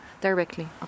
Directly